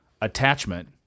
attachment